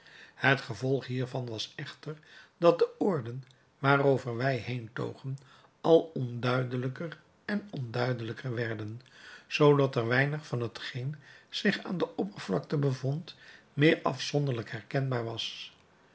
het gevolg hiervan was echter dat de oorden waarover wij heen togen al onduidelijker en onduidelijker werden zoodat er weinig van hetgeen zich aan de oppervlakte bevond meer afzonderlijk herkenbaar was